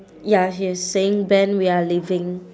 ya he's saying ben we are leaving